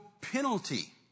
penalty